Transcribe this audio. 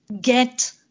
get